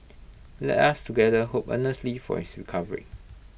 let us together hope earnestly for his recovery